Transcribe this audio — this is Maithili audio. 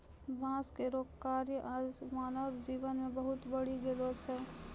बांस केरो कार्य आज मानव जीवन मे बहुत बढ़ी गेलो छै